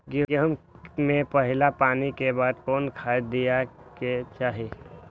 गेंहू में पहिला पानी के बाद कौन खाद दिया के चाही?